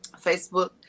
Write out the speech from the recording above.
Facebook